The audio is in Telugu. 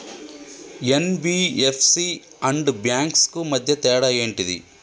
ఎన్.బి.ఎఫ్.సి అండ్ బ్యాంక్స్ కు మధ్య తేడా ఏంటిది?